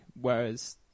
whereas